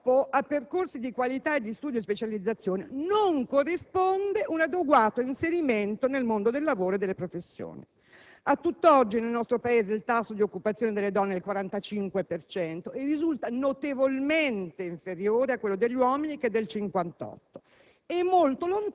Purtroppo, a percorsi di qualità e a studi di specializzazione non corrisponde un adeguato inserimento nel mondo del lavoro e delle professioni. Ad oggi, nel nostro Paese il tasso di occupazione delle donne è del 45 per cento, dunque notevolmente inferiore rispetto a quello degli uomini, che è pari